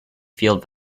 feeling